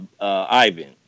Ivan